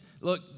look